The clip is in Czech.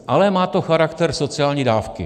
Ale má to charakter sociální dávky.